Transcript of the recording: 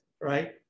right